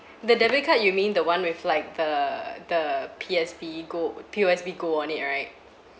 the debit card you mean the one with like the the P_S_B go P_O_S_B go on it right